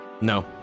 No